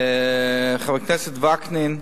חבר הכנסת וקנין,